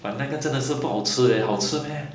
but 那个真的是不好吃 leh 好吃 meh